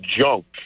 junk